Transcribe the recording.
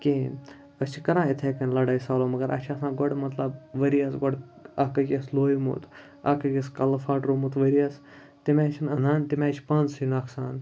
کِہیٖنۍ أسۍ چھِ کَران اِتھَے کٔنۍ لَڑٲے سالوٗ مگر اَسہِ چھِ آسان گۄڈٕ مطلب ؤریَس گۄڈٕ اَکھ أکِس لویمُت اَکھ أکِس کَلہٕ پھاٹروومُت ؤریَس تمہِ آے چھِنہٕ اَنان تمہِ آے چھِ پانسٕے نۄقصان